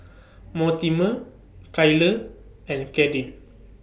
Mortimer Kyler and Kadyn